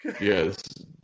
yes